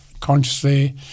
consciously